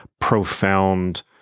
profound –